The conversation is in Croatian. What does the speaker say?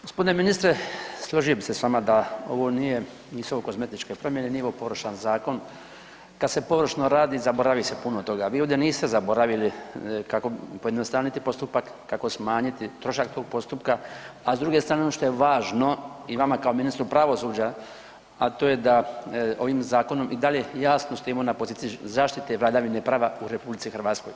Gospodine ministre, složio bih se s vama da nisu ovo kozmetičke promjene, nije ovo površan zakon, kad se površno radi zaboravi se puno toga, vi ovdje niste zaboravili kako pojednostavniti postupak, kako smanjiti trošak tog postupka, a s druge strane ono što je važno i vama kao ministru pravosuđa, a to je da ovim zakonom i dalje jasno stojimo na pozicije zaštite vladavine prava u RH.